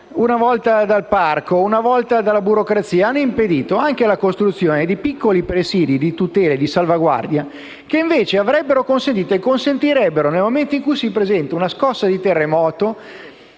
una volta dal parco, una volta dalla burocrazia, hanno impedito anche la costruzione di piccoli presidi di tutela e salvaguardia, che invece avrebbero consentito e consentirebbero alle persone, nel momento in cui si presenta una scossa di terremoto,